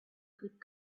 good